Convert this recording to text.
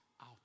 out